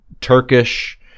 Turkish